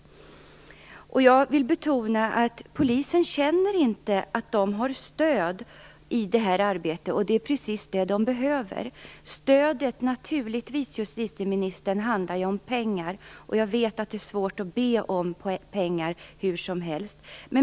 Jag vill betona att polisen inte känner att den har stöd i detta arbete, men det är precis det den behöver. Det stöd det här handlar om är naturligtvis pengar, justitieministern, och jag vet att det är svårt att be om pengar hur som helst.